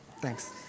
Thanks